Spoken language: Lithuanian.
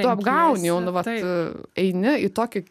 tu apgauni jau nu vat eini į tokį